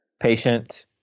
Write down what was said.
patient